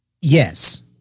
Yes